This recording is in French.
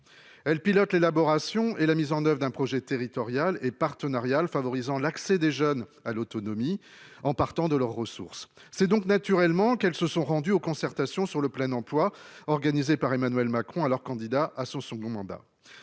Elle pilote l'élaboration et la mise en Oeuvres d'un projet territorial et partenariale favorisant l'accès des jeunes à l'autonomie en partant de leurs ressources. C'est donc naturellement qu'elles se sont rendus aux concertations sur le plein emploi organisé par Emmanuel Macron alors candidat à son second mandat.